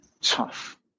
tough